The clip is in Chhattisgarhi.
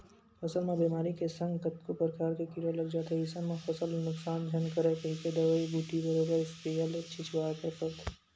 फसल म बेमारी के संग कतको परकार के कीरा लग जाथे अइसन म फसल ल नुकसान झन करय कहिके दवई बूटी बरोबर इस्पेयर ले छिचवाय बर परथे